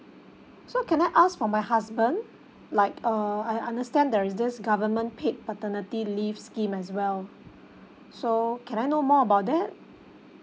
so can I ask for my husband like err I understand there is this government paid paternity leave scheme as well so can I know more about that